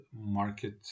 market